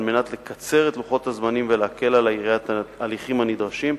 על מנת לקצר את לוחות הזמנים ולהקל על העירייה את ההליכים הנדרשים,